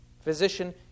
Physician